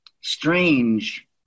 strange